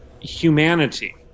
humanity